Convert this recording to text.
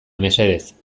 mesedez